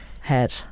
head